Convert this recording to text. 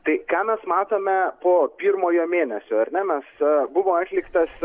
tai ką mes matome po pirmojo mėnesio ar ne mes buvo atliktas